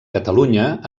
catalunya